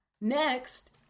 Next